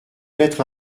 mettre